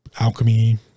Alchemy